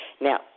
Now